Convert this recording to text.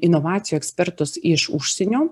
inovacijų ekspertus iš užsienio